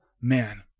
man